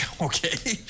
Okay